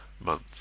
month